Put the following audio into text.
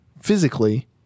physically